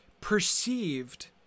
perceived